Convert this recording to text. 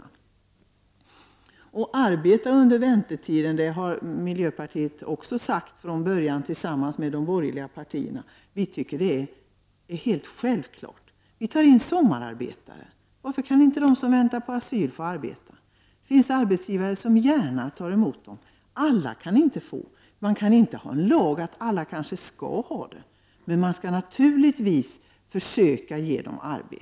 Att man skall ha rätt till arbete under väntetiden har miljöpartiet också sagt från början tillsammans med de borgerliga partierna. Vi tycker att det är självklart. Vi tar ju in sommararbetare. Varför kan inte de som väntar på asyl få arbeta? Det finns arbetsgivare som gärna tar emot dem. Alla kan naturligtvis inte få arbete. Man kan inte ha en lag som säger att alla skall ha det, men man skall naturligtvis försöka ge dem arbete.